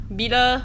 bila